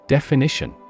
Definition